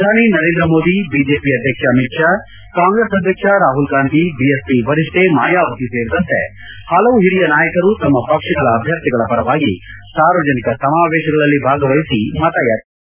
ಪ್ರಧಾನಿ ನರೇಂದ್ರ ಮೋದಿ ಬಿಜೆಪಿ ಅಧ್ಯಕ್ಷ ಅಮಿತ್ ಶಾ ಕಾಂಗ್ರೆಸ್ ಅಧ್ಯಕ್ಷ ರಾಹುಲ್ ಗಾಂಧಿ ಬಿಎಸ್ಪಿ ವರಿಷ್ಣೆ ಮಾಯಾವತಿ ಸೇರಿದಂತೆ ಪಲವು ಹಿರಿಯ ನಾಯಕರು ತಮ್ಮ ಪಕ್ಷಗಳ ಅಭ್ಯರ್ಥಿಗಳ ಪರವಾಗಿ ಸಾರ್ವಜನಿಕ ಸಮಾವೇಶಗಳಲ್ಲಿ ಭಾಗವಹಿಸಿ ಮತಯಾಚಿಸಿದ್ದಾರೆ